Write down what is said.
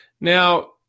Now